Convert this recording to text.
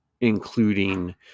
including